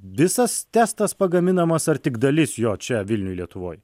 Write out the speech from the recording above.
visas testas pagaminamas ar tik dalis jo čia vilniuj lietuvoj